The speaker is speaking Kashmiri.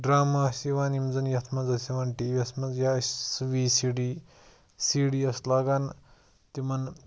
ڈرٛاما ٲسۍ یِوان یِم زَن یَتھ منٛز ٲسۍ یِوان ٹی وی یَس منٛز یا ٲسۍ V C D C D ٲسۍ لاگان تِمَن